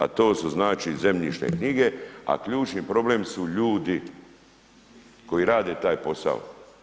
A to su znači zemljišne knjige, a ključni problem su ljudi koji rade taj posao.